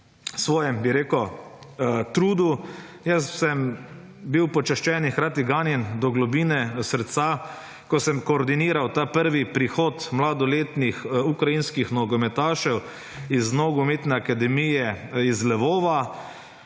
svojem bi rekel trudu. Jaz sem bil počaščen in hkrati ganjen do globine srca, ko sem koordiniral ta prvi prihod mladoletnih ukrajinskih nogometašev iz nogometne akademije iz Levova,